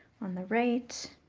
on the right.